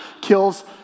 kills